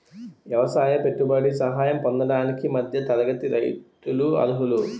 ఎవసాయ పెట్టుబడి సహాయం పొందడానికి మధ్య తరగతి రైతులు అర్హులు